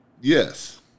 Yes